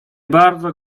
bardzo